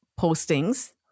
postings